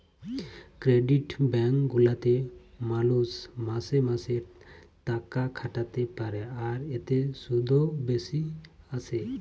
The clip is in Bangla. ক্রেডিট ব্যাঙ্ক গুলাতে মালুষ মাসে মাসে তাকাখাটাতে পারে, আর এতে শুধ ও বেশি আসে